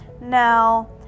Now